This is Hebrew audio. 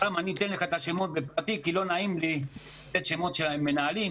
אני אתן לך את השמות בפרטי כי לא נעים לי לתת שמות של מנהלים,